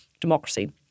democracy